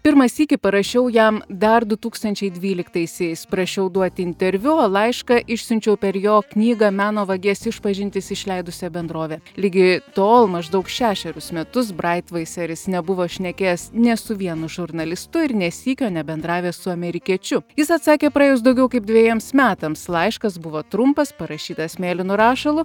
pirmą sykį parašiau jam dar du tūkstančiai dvyliktaisiais prašiau duoti interviu o laišką išsiunčiau per jo knygą meno vagies išpažintis išleidusią bendrovę ligi tol maždaug šešerius metus braitvaiseris nebuvo šnekėjęs nė su vienu žurnalistu ir nė sykio nebendravęs su amerikiečiu jis atsakė praėjus daugiau kaip dvejiems metams laiškas buvo trumpas parašytas mėlynu rašalu